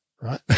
Right